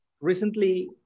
Recently